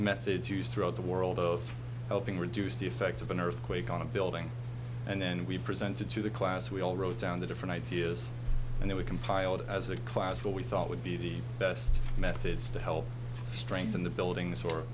methods used throughout the world of helping reduce the effects of an earthquake on a building and then we presented to the class we all wrote down the different ideas and then we compiled as a class what we thought would be the best methods to help strengthen the buildings or